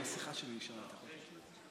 השארתי שם משהו.